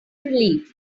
relief